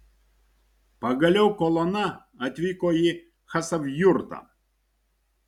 pagaliau kolona atvyko į chasavjurtą